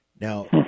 Now